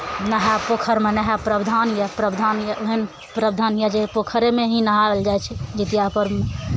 नहा पोखरिमे नहायब प्रावधान यए प्रावधान यए ओहन प्रावधान यए जे पोखरिमे ही नहायल जाइ छै जितिया पर्वमे